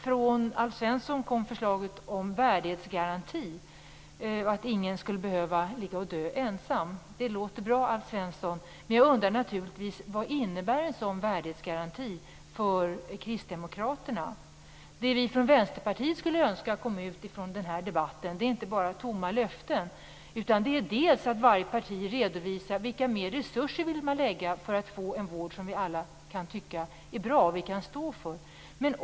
Från Alf Svensson kom förslaget om värdighetsgaranti och att ingen skall behöva ligga och dö ensam. Det låter bra, Alf Svensson. Men jag undrar naturligtvis: Vad innebär en sådan värdighetsgaranti för Kristdemokraterna? Det vi från Vänsterpartiet skulle önska kom ut från den här debatten är inte bara tomma löften. Det är att varje parti redovisar vilka ytterligare resurser man vill lägga för att få en vård som vi alla tycker är bra och som vi kan stå för.